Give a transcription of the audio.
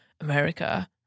America